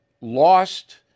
lost